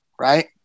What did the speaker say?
right